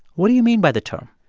what do you mean by the term?